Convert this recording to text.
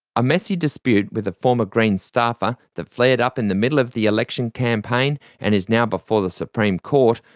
a messy dispute with a former greens staffer that flared up in the middle of the election campaign and is now before the supreme court,